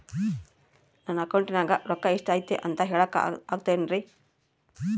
ನನ್ನ ಅಕೌಂಟಿನ್ಯಾಗ ರೊಕ್ಕ ಎಷ್ಟು ಐತಿ ಅಂತ ಹೇಳಕ ಆಗುತ್ತೆನ್ರಿ?